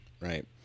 right